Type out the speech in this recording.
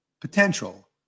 potential